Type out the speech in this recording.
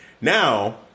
Now